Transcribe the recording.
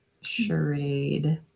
Charade